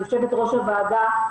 יו"ר הוועדה,